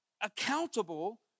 accountable